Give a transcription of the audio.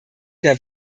der